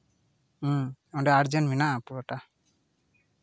ᱦᱮᱸ ᱚᱰᱮ ᱟᱨᱡᱮᱱᱴ ᱢᱮᱱᱟᱜᱼᱟ ᱯᱩᱨᱟᱹᱴᱟ